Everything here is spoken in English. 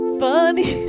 funny